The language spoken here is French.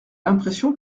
l’impression